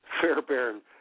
Fairbairn